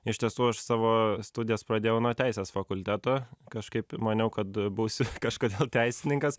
iš tiesų aš savo studijas pradėjau nuo teisės fakulteto kažkaip maniau kad būsiu kažkada teisininkas